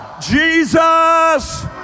Jesus